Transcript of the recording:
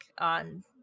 on